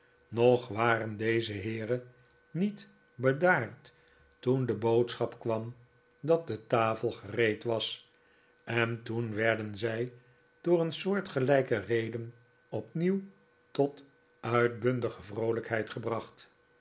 nog waren deze heeren niet bedaard toen de boodschap kwam dat de tafel gereed was en toen werden zij door een soortgelijke reden opnieuw tot uitbundige vroolijkheid gebracht